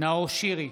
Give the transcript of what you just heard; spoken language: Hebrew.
נאור שירי,